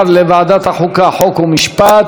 חוק ומשפט להמשך דיון.